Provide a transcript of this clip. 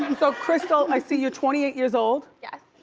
and so crystal i see you're twenty eight years old. yes.